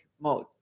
mode